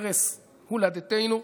ערש הולדתנו,